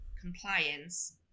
compliance